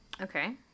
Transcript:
Okay